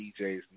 DJs